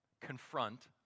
confront